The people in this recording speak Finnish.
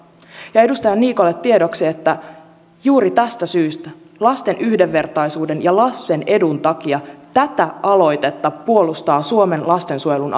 ja edustaja niikolle tiedoksi että juuri tästä syystä lasten yhdenvertaisuuden ja lasten edun takia tätä aloitetta puolustavat suomen lastensuojelun